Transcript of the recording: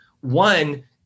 one